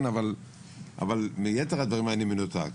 אבל מיתר הדברים אני מנותק.